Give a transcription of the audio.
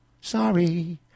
Sorry